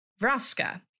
Vraska